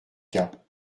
cas